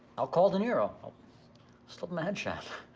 i'll call de niro, i'll slip him and yeah